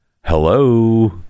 hello